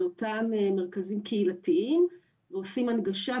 לאותם מרכזים קהילתיים ועושים הנגשה.